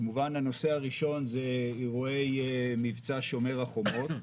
כמובן הנושא הראשון זה אירועי מבצע שומר החומות.